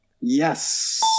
Yes